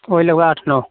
वही लगभग आठ नौ